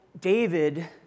David